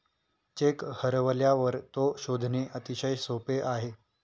check हरवल्यावर तो शोधणे अतिशय सोपे आहे